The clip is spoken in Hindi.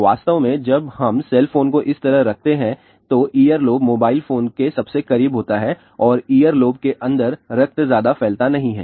वास्तव में जब हम सेल फोन को इस तरह रखते हैं तो ईयर लोब मोबाइल फोन के सबसे करीब होता है और ईयर लोब के अंदर रक्त ज्यादा फैलता नहीं है